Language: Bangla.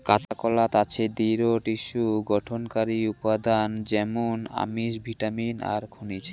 কাঁচাকলাত আছে দৃঢ টিস্যু গঠনকারী উপাদান য্যামুন আমিষ, ভিটামিন আর খনিজ